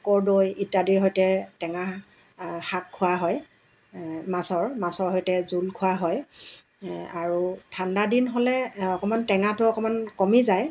কৰ্দৈ ইত্যাদিৰ সৈতে টেঙা শাক খোৱা হয় মাছৰ মাছৰ সৈতে জোল খোৱা হয় আৰু ঠাণ্ডাদিন হ'লে অকনমান টেঙাটো অকণমান কমি যায়